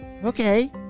Okay